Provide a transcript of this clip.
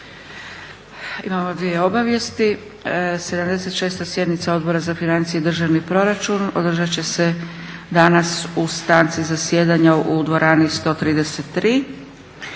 Imamo dvije obavijesti. 76. sjednice Odbora za financije i državni proračun održati će se danas u stanci zasjedanja u dvorani 133.